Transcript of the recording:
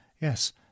Yes